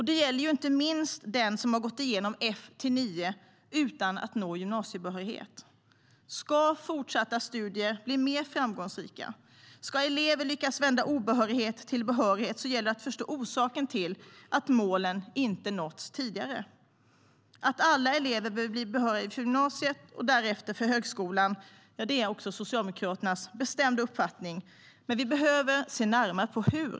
Det gäller inte minst den som gått igenom F-9 utan att nå gymnasiebehörighet. Ska fortsatta studier bli framgångsrika, och ska elever lyckas vända obehörighet till behörighet, gäller det att förstå orsaken till att målen inte nås. Att alla elever behöver bli behöriga till gymnasiet och därefter till högskolan är Socialdemokraternas bestämda uppfattning. Men vi behöver se närmare på hur.